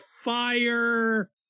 Fire